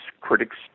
Critics